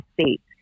states